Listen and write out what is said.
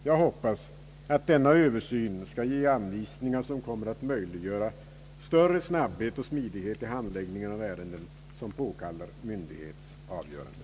Jag hoppas att denna översyn skall ge anvisningar som kommer att möjliggöra större snabbhet och smidighet i handläggningen av ärenden som påkallar myndighets avgörande.